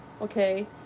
okay